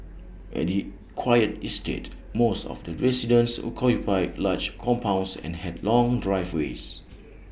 at the quiet estate most of the residences occupied large compounds and had long driveways